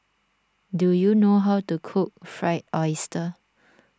do you know how to cook Fried Oyster